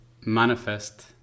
manifest